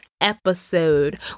Episode